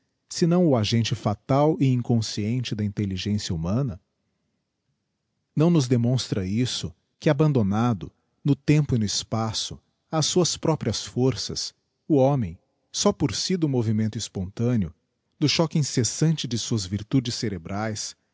não o agente fatal e inconsciente da intelligencia humana não nos demonstra isso que abandonado no tempo e no espaço ás suas próprias forças o homem só por si do movimento espontâneo do choque incessante de suas virtudes cerebraes